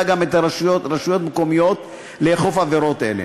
גם את הרשויות המקומיות לאכוף בעבירות אלה.